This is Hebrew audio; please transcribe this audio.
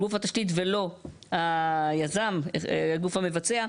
גוף התשתית ולא היזם, הגוף המבצע.